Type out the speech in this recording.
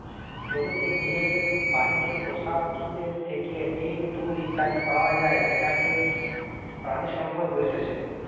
জমিতে যে বাড়িতে পোষা পশুদের থেকে ডিম, দুধ ইত্যাদি পাওয়া যায় সেটাকে প্রাণিসম্পদ বলতেছে